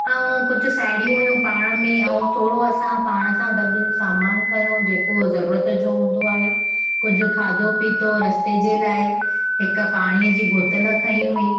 ऐं कुझु साहेड़ियूं हुयूं पाण में ऐं थोरो असां पाण सां गॾु सामान खयो जेको ज़रूरत जो हूंदो आहे कुझु खाधो पीतो रस्ते जे लाइ हिकु पाणीअ जी बोतल खई हुई